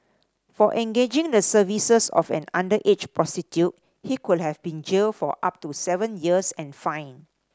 for engaging the services of an underage prostitute he could have been jailed for up to seven years and fined